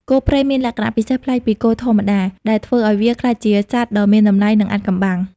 គោព្រៃមានលក្ខណៈពិសេសប្លែកពីគោធម្មតា ដែលធ្វើឱ្យវាក្លាយជាសត្វដ៏មានតម្លៃ និងអាថ៌កំបាំង។